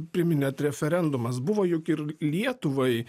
priminėt referendumas buvo juk ir lietuvai